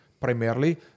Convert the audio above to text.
primarily